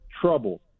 trouble